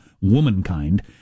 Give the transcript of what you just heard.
womankind